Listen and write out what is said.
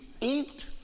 eat